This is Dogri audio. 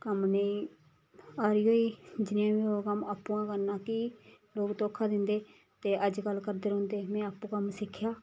कम्म नेईं आरी गेई जनेहा बी होग कम्म आपूं गै करना कि लोक धोखा दिंदे ते अज्जकल अज्जकल करदे रौंह्दे में आपूं कम्म सिक्खेआ